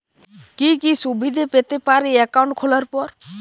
কি কি সুবিধে পেতে পারি একাউন্ট খোলার পর?